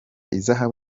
ihazabu